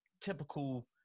typical